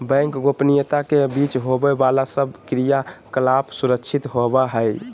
bank गोपनीयता के बीच होवे बाला सब क्रियाकलाप सुरक्षित होवो हइ